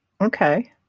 Okay